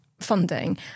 funding